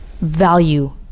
value